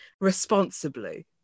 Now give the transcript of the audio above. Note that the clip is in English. responsibly